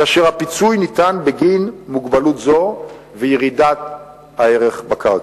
כאשר הפיצוי ניתן בגין מוגבלות זו וירידת הערך בקרקע.